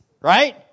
right